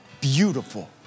beautiful